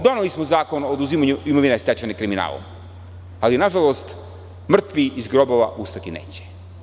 Doneli smo Zakon o oduzimanju imovine stečene kriminalom, ali nažalost, mrtvi iz grobova ustati neće.